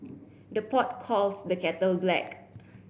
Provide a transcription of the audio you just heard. the pot calls the kettle black